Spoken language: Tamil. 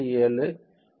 7